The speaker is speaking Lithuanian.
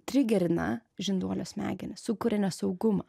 trigerina žinduolio smegenis sukuria nesaugumą